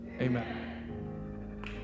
amen